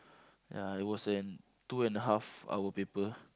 ya it was an two and a half hour paper